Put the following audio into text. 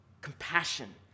compassion